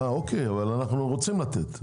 אוקיי, אבל אנחנו רוצים לתת.